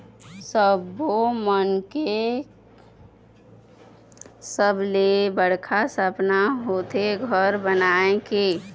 सब्बो मनखे के सबले बड़का सपना होथे घर बनाए के